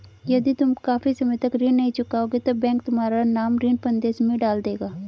यदि तुम काफी समय तक ऋण नहीं चुकाओगे तो बैंक तुम्हारा नाम ऋण फंदे में डाल देगा